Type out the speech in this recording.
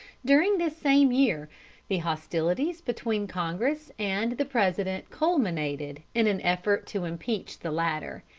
during this same year the hostilities between congress and the president culminated in an effort to impeach the latter.